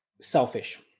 selfish